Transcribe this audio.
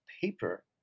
paper